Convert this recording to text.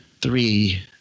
three